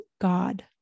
God